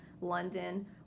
London